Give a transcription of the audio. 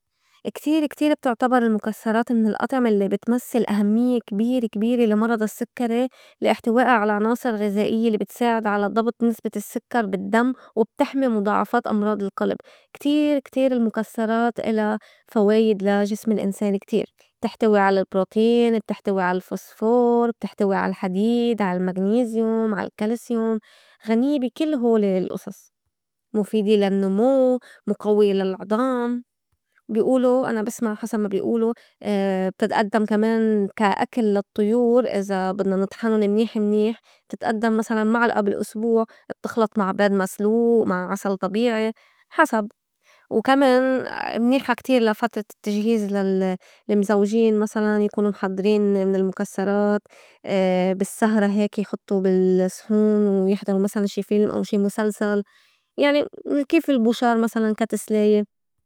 كتير- كتير بتُعتبر المُكسّرات من الأطعمة الّي بتمسّل أهميّة كبيرة- كبيرة لا مرضى السكّري لا إحتوائا على عناصر غِزائيّة الّي بتساعد على ضبط نسبة السكّر بالدّم، وبتحمي مُضاعفات أمراض القلب، كتير- كتير المُكسّرات إلا فوايد لا جسم الإنسان كتير، بتحتوي على بروتين، بتحتوي على الفوسفور، بتحتوي عالحديد، عالمغنيزيوم، عالكالسيوم، غنيّة بي كل هولي الأُصص، مُفيدة للنمو، مُقويّة للعضام، بي ئولو أنا بسمع حسب ما بي ئولو بتتئدّم كمان كا أكل للطّيور إذا بدنا نطحنُن منيح- منيح بتتئدّم مسلاً معلئة بالأسبوع بتخلُط مع بيض مسلوئ، مع عسل طبيعي حسب، وكمان منيحة كتير لا فترة التّجهيز لل- للمزوجين مسلاً يكونو محضرين من المُكسّرات بالسّهرة هيك يحطّو بالصحون ويحضرو مسلاً شي فيلم أو شي مُسلسل يعني كيف البوشار مسلاً كا تسلاية.